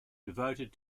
devoted